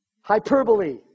Hyperbole